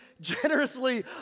generously